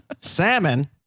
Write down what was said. Salmon